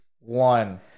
One